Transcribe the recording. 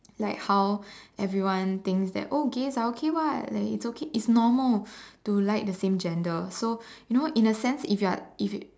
like how everyone thinks that oh gays are okay [what] like it's okay it's normal to like the same gender so you know in a sense if you are if you